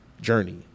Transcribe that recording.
journey